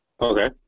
Okay